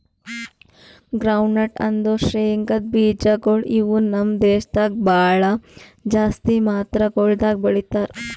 groundnut ಅಂದುರ್ ಶೇಂಗದ್ ಬೀಜಗೊಳ್ ಇವು ನಮ್ ದೇಶದಾಗ್ ಭಾಳ ಜಾಸ್ತಿ ಮಾತ್ರಗೊಳ್ದಾಗ್ ಬೆಳೀತಾರ